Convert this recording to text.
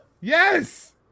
Yes